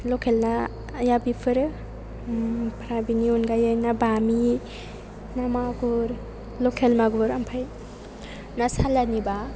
लकेल नाया बेफोरो ओमफ्राय बेनि अनगायै ना बामि ना मागुर लकेल मागुर ओमफ्राय ना सालानिब्ला